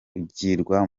ugirwa